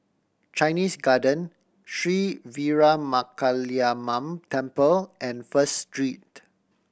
Chinese Garden Sri Veeramakaliamman Temple and First Street